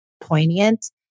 poignant